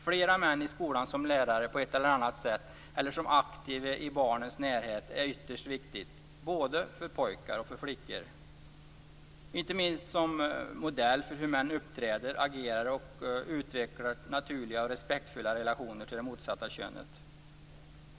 Fler män i skolan som lärare på ett eller annat sätt eller som aktiva i barnens närhet är ytterst viktigt både för pojkar och flickor, inte minst som modell för hur män uppträder, agerar och utvecklar naturliga och respektfulla relationer till det motsatta könet.